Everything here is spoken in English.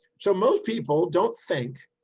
so most people don't think,